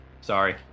Sorry